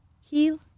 heal